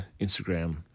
Instagram